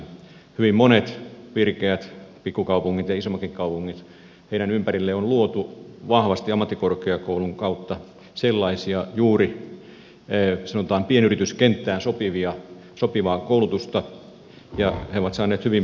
hyvin monien virkeiden pikkukaupunkien ja isompienkin kaupunkien ympärille on luotu vahvasti ammattikorkeakoulun kautta sellaista juuri sanotaan pienyrityskenttään sopivaa koulutusta ja he ovat saaneet hyvin siihen henkilöstöä